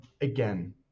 again